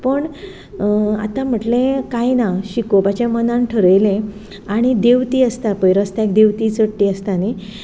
पूण आतां म्हटलें कांय ना शिकोपाचें मनान ठरयलें आनी देंवती आसता पळय रस्त्याक देंवती चडटी आसता न्ही